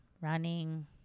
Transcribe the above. running